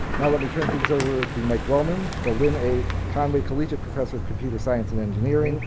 now let me turn things over to mike wellman, the lynn a. conway collegiate professor of computer science and engineering,